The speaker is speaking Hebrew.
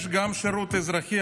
יש גם שירות אזרחי.